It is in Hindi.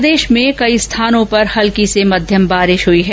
प्रदेश में कई स्थानों पर हल्की से मध्यम बारिश हुई है